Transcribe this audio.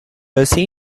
aussi